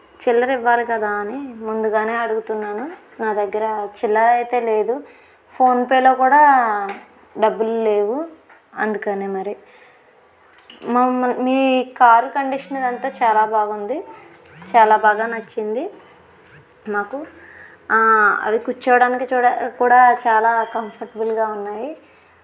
చిల్లర ఇవ్వాలి కదా అని ముందుగానే అడుగుతున్నాను నా దగ్గర చిల్లర అయితే లేదు ఫోన్పేలో కూడా డబ్బులు లేవు అందుకనే మరి మమ్మల్ని మీ కారు కండిషన్ అంతా చాలా బాగుంది చాలా బాగా నచ్చింది నాకు అది కూర్చోవడానికి చూడ కూడా చాలా కంఫర్టబుల్గా ఉన్నాయి